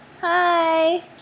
hi